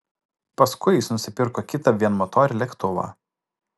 paskui jis nusipirko kitą vienmotorį lėktuvą